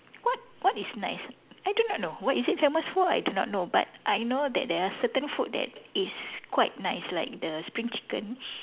what what is nice I do not know what is it famous for I do not know but I know that there are certain food that is quite nice like the spring chicken